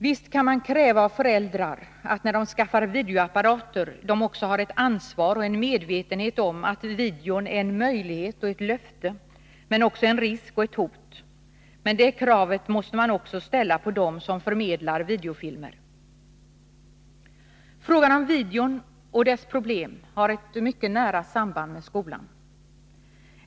Visst kan man kräva av föräldrar att de när de skaffar videoapparater också har ett ansvar och en medvetenhet om att videon är en möjlighet och ett löfte men också en risk och ett hot. Men det kravet måste man ställa också på dem som förmedlar videofilmer. Frågan om videon och dess problem har ett mycket nära samband med skolan.